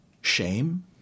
shame